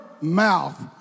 mouth